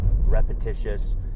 repetitious